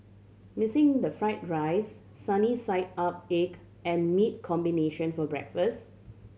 missing the fried rice sunny side up egg and meat combination for breakfast